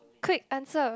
quick answer